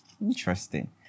interesting